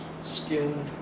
skin